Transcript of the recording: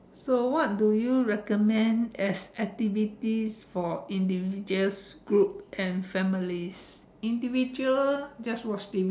so what do you recommend as activity for individuals groups and families individual just watch